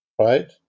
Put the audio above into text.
right